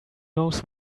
knows